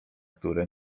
które